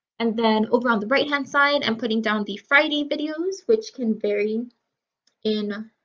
and then over on the right-hand side i'm putting down the friday videos which can vary in